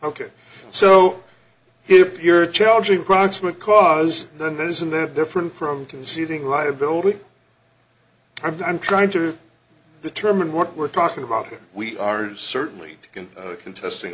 ok so if you're challenging proximate cause then that isn't that different from conceding liability i'm trying to determine what we're talking about here we are certainly contesting